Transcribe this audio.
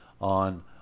on